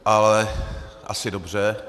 Ale asi dobře.